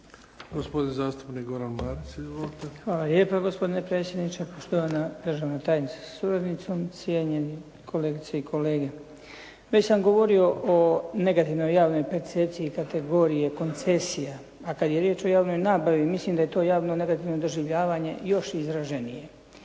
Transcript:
Gospodin zastupnik Goran Marić. Izvolite. **Marić, Goran (HDZ)** Hvala lijepa gospodine predsjedniče. Poštovana državna tajnice sa suradnicom, cijenjeni kolegice i kolege. Već sam govorio o negativnoj javnoj percepciji kategorije koncesija, a kada je riječ o javnoj nabavi mislim da je to negativno doživljavanje još izraženije.